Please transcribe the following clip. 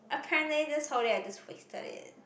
apparently this whole day I just wasted it